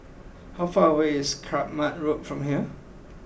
how far away is Kramat Road from here